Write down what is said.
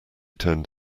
turned